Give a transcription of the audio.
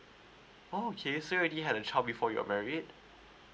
okay so you really had a child before your married